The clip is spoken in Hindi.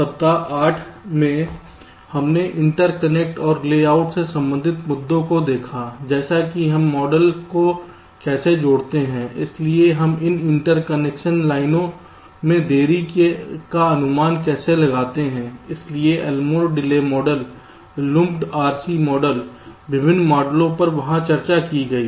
सप्ताह 8 में हमने इंटरकनेक्ट और लेआउट से संबंधित मुद्दों को देखा जैसे कि हम मॉडल को कैसे जोड़ते हैं इसलिए हम इन इंटरकनेक्शन लाइनों में देरी का अनुमान कैसे लगाते हैं इसलिए एलमोर देरी मॉडल लुम्पेड आरसी मॉडल विभिन्न मॉडलों पर वहां चर्चा की गई है